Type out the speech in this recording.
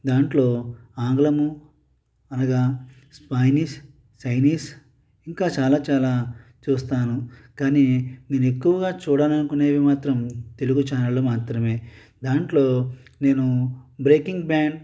దాంట్లో ఆంగ్లము అనగా స్పానిష్ చైనీస్ ఇంకా చాలా చాలా చూస్తాను కానీ నేను ఎక్కువగా చూడాలనుకునేవి మాత్రం తెలుగు ఛానల్లు మాత్రమే దాంట్లో నేను బ్రేకింగ్ బ్యాన్